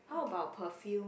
how about perfume